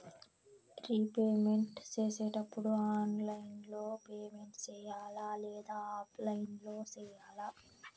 repayment సేసేటప్పుడు online లో payment సేయాలా లేదా ఆఫ్లైన్ లో సేయాలా